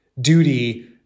duty